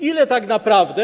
Ile tak naprawdę?